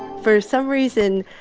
for some reason,